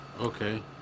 Okay